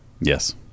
yes